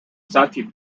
sati